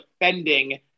defending